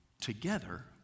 together